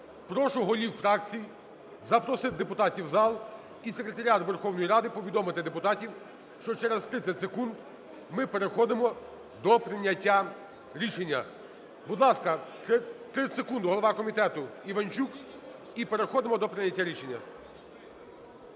Прошу голів фракцій запросити депутатів в зал і Секретаріат Верховної Ради повідомити депутатів, що через 30 секунд ми переходимо до прийняття рішення. Будь ласка, 30 секунд - голова комітету Іванчук. І переходимо до прийняття рішення.